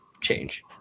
change